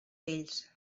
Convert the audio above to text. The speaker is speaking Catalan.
vells